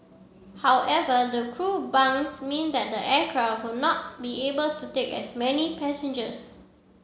however the crew bunks mean that the aircraft will not be able to take as many passengers